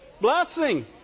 Blessing